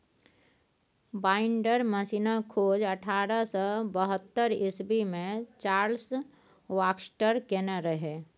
binder मशीनक खोज अठारह सय बहत्तर इस्बी मे चार्ल्स बाक्सटर केने रहय